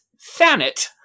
Thanet